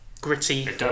gritty